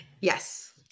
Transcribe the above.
Yes